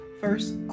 first